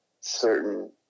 certain